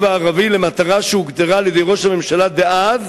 הערבי למטרה שהוגדרה על-ידי ראש הממשלה דאז